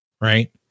right